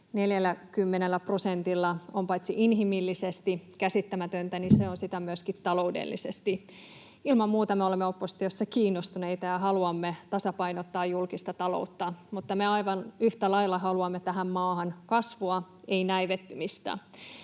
40 prosentilla on käsittämätöntä paitsi inhimillisesti myöskin taloudellisesti. Ilman muuta me olemme oppositiossa kiinnostuneita ja haluamme tasapainottaa julkista taloutta, mutta aivan yhtä lailla me haluamme tähän maahan kasvua, ei näivettymistä.